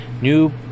new